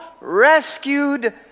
rescued